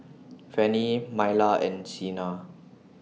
Fanny Myla and Cena